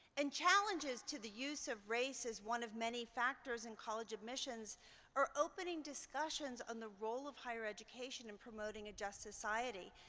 and challenges to the use of race as one of many factors in college admissions are opening discussions on the role of higher education and promoting a just society.